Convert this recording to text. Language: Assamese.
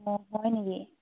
অঁ হয় নেকি